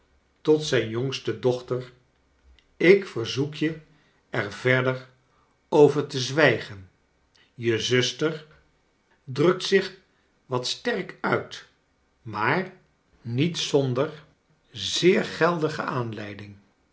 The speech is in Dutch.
tot zijn jongste doencharles dickens ter ik verzoek je er verder over te zwijgen je zuster drukt zich wat sterk uit maar niet zonder zeer geldige aanleiding